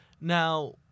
Now